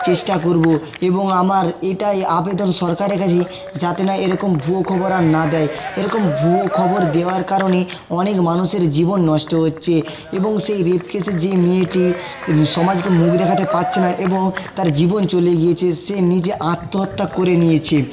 চেষ্টা করব এবং আমার এটাই আবেদন সরকারের কাছে যাতে না এরকম ভুয়ো খবর আর না দেয় এরকম ভুয়ো খবর দেওয়ার কারণে অনেক মানুষের জীবন নষ্ট হচ্ছে এবং সেই রেপ কেসের যে মেয়েটি সমাজকে মুখ দেখাতে পারছে না এবং তার জীবন চলে গিয়েছে সে নিজে আত্মহত্যা করে নিয়েছে